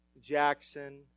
Jackson